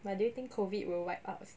but do you think COVID will wipe out